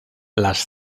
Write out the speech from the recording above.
las